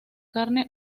carne